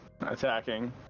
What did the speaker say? attacking